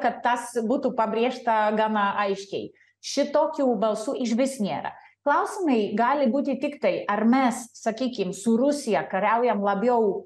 kad tas būtų pabrėžta gana aiškiai šitokių balsų išvis nėra klausimai gali būti tiktai ar mes sakykim su rusija kariaujam labiau